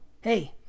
hey